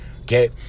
Okay